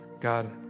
God